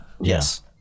Yes